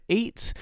eight